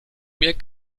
mehr